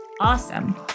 Awesome